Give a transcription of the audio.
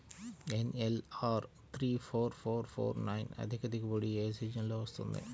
NLR three four four four nine అధిక దిగుబడి ఏ సీజన్లలో వస్తుంది?